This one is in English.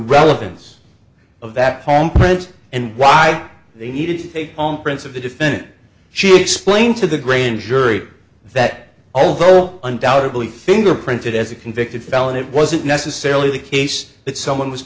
relevance of that home print and why they needed to take on prints of the defendant she explained to the grange jury that although undoubtedly fingerprinted as a convicted felon it wasn't necessarily the case that someone was